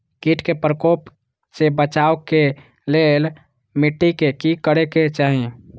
किट के प्रकोप से बचाव के लेल मिटी के कि करे के चाही?